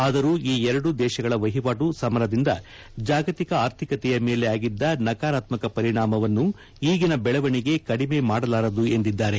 ಆದರೂ ಈ ಎರದು ದೇಶಗಳ ವಹಿವಾಟು ಸಮರದಿಂದ ಜಾಗತಿಕ ಆರ್ಥಿಕತೆಯ ಮೇಲೆ ಆಗಿದ್ದ ನಕಾರಾತ್ಮಕ ಪರಿಣಾಮವನ್ನು ಈಗಿನ ಬೆಳವಣಿಗೆ ಕಡಿಮೆ ಮಾಡಲಾರದು ಎಂದಿದ್ದಾರೆ